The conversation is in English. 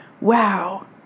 wow